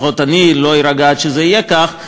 לפחות אני לא אירגע עד שזה יהיה כך.